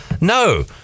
no